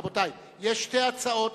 רבותי, יש שתי הצעות.